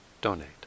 donate